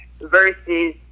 versus